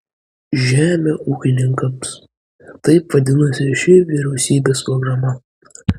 žemę ūkininkams taip vadinosi ši vyriausybės programa